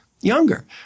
younger